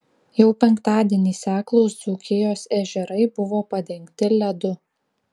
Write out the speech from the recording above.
jau penktadienį seklūs dzūkijos ežerai buvo padengti ledu